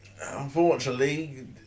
unfortunately